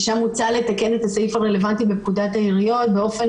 שם הוצע לתקן את הסעיף הרלוונטי לפקודת העיריות באופן